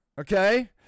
okay